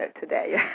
today